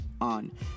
on